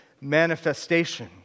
Manifestation